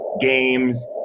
games